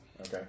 Okay